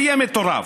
זה יהיה מטורף.